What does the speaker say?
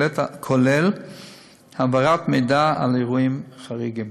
כולל העברת מידע על אירועים חריגים.